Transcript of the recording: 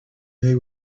they